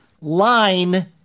line